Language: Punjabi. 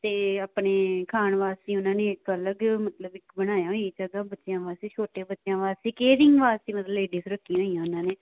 ਅਤੇ ਆਪਣੇ ਖਾਣ ਵਾਸਤੇ ਉਹਨਾਂ ਨੇ ਇੱਕ ਅਲੱਗ ਮਤਲਬ ਇੱਕ ਬਣਾਇਆ ਹੀ ਇੱਕ ਅਲੱਗ ਬੱਚਿਆਂ ਵਾਸਤੇ ਛੋਟੇ ਬੱਚਿਆਂ ਵਾਸਤੇ ਕੇਅਰਿੰਗ ਵਾਸਤੇ ਮਤਲਬ ਲੇਡੀਸ ਰੱਖੀਆਂ ਹੋਈਆਂ ਉਹਨਾਂ ਨੇ